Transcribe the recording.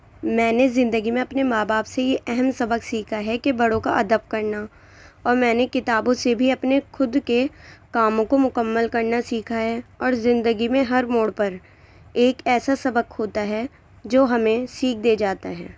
میں نے زندگی میں اپنے ماں باپ سے یہ اہم سبق سیکھا ہے کہ بڑوں کا ادب کرنا اور میں نے کتابوں سے بھی اپنے خود کے کاموں کو مکمل کرنا سیکھا ہے اور زندگی میں ہر موڑ پر ایک ایسا سبق ہوتا ہے جو ہمیں سیکھ دے جاتا ہے